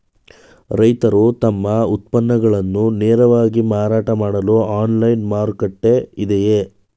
ರೈತರು ತಮ್ಮ ಉತ್ಪನ್ನಗಳನ್ನು ನೇರವಾಗಿ ಮಾರಾಟ ಮಾಡಲು ಆನ್ಲೈನ್ ಮಾರುಕಟ್ಟೆ ಇದೆಯೇ?